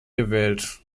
gewählt